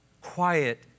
quiet